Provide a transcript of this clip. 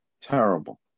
Terrible